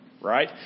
Right